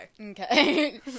Okay